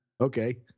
Okay